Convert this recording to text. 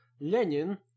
Lenin